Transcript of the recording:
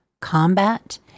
combat